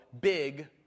Big